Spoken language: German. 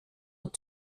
und